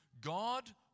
God